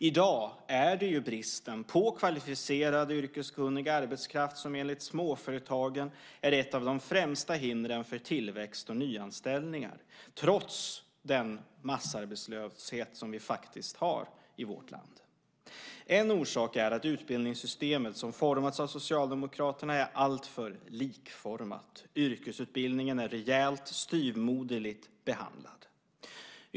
I dag är ju bristen på kvalificerad, yrkeskunnig arbetskraft enligt småföretagen ett av de främsta hindren för tillväxt och nyanställningar, trots den massarbetslöshet som vi faktiskt har i vårt land. En orsak är att utbildningssystemet, som formats av Socialdemokraterna, är alltför likformat. Yrkesutbildningen är rejält styvmoderligt behandlad.